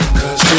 cause